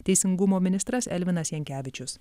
teisingumo ministras elvinas jankevičius